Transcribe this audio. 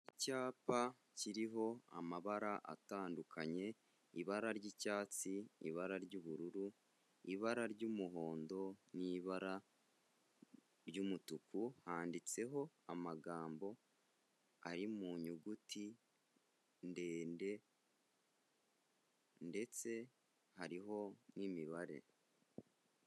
Icyapa kiriho amabara atandukanye, ibara ry'icyatsi, ibara ry'ubururu, ibara ry'umuhondo n'ibara ry'umutuku, handitseho amagambo ari mu nyuguti ndende ndetse hariho n'imibare.